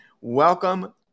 Welcome